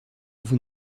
vous